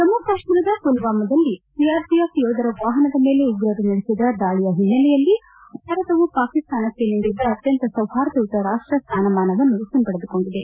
ಜಮ್ಮೆ ಕಾಶ್ಮೀರದ ಮಲ್ವಾಮಾದಲ್ಲಿ ಸಿಆರ್ಪಿಎಫ್ ಯೋಧರ ವಾಪನದ ಮೇಲೆ ಉಗ್ರರು ನಡೆಸಿದ ದಾಳಿ ಒನ್ನೆಲೆಯಲ್ಲಿ ಭಾರತವು ಪಾಕಿಸ್ತಾನಕ್ಕೆ ನೀಡಿದ್ದ ಅತ್ಯಂತ ಸೌಹಾರ್ದಯುತ ರಾಷ್ಟ ಸ್ಥಾನಮಾನವನ್ನು ಹಿಂಪಡೆದುಕೊಂಡಿದೆ